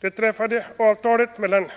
Det träffade avtalet mellan